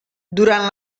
durant